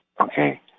Okay